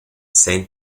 saint